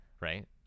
right